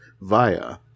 via